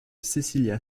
cécilia